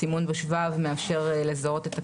הסימון בשבב מאפשר לזהות את הכלב.